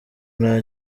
nta